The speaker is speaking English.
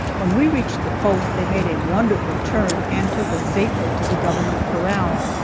when we reached the post they made a wonderful turn and took us safely to the government corral,